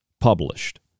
published